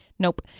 Nope